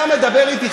אתה מדבר אתי,